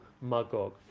Magog